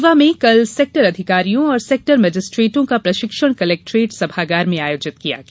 रीवा में कल सेक्टर अधिकारियों और सेक्टर मजिस्टेटो का प्रशिक्षण कलेक्टरेट सभागार में आयोजित किया गया